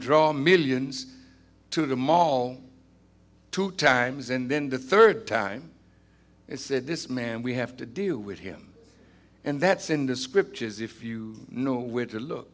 draw millions to the mall two times and then the third time it said this man we have to deal with him and that's in the scriptures if you know where to look